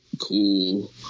cool